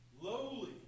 lowly